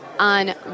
on